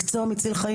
מקצוע מציל חיים,